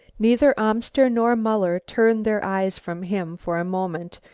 neither amster nor muller turned their eyes from him for a moment,